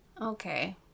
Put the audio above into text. Okay